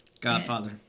Godfather